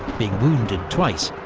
being wounded twice,